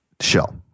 shell